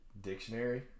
dictionary